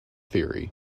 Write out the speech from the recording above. theory